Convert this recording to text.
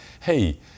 hey